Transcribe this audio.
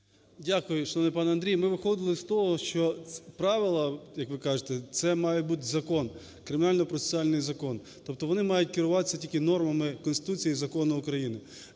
Дякую, шановний пане Андрію. Ми виходили з того, що правила, як ви кажете, це має бути закон, Кримінально-процесуальний закон, тобто вони мають керуватися тільки нормами Конституції і закону України.